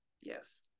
yes